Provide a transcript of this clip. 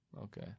Okay